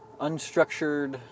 unstructured